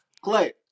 Clay